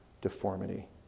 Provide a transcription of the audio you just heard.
deformity